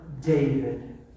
David